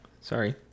sorry